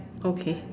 okay